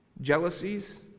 jealousies